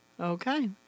okay